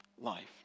life